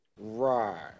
Right